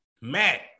Matt